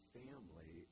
family